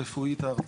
הרפואית הארצית.